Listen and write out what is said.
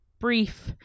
brief